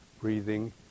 breathing